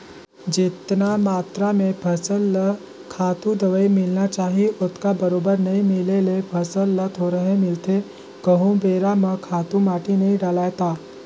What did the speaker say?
जेतना मातरा में फसल ल खातू, दवई मिलना चाही ओतका बरोबर नइ मिले ले फसल ल थोरहें मिलथे कहूं बेरा म खातू माटी नइ डलय ता